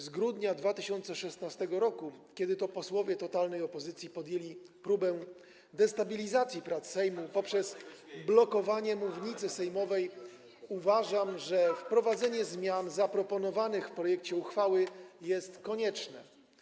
z grudnia 2016 r., kiedy to posłowie totalnej opozycji podjęli próbę destabilizacji prac Sejmu poprzez blokowanie mównicy sejmowej, uważam, że wprowadzenie zmian zaproponowanych w projekcie uchwały jest konieczne.